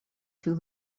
too